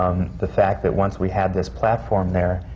the fact that once we had this platform there,